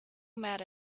mad